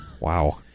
Wow